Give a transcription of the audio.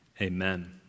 amen